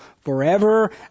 forever